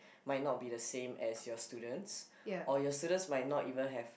might not be the same as your students or your students might not even have